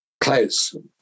close